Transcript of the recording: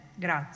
Grazie